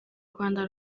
rwanda